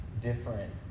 different